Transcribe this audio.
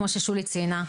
כמו ששולי ציינה,